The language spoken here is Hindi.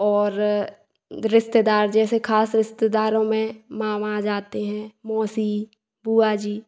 और रिश्तेदार जैसे खास रिश्तेदारों में मामा आ जाते हैं मौसी बुआ जी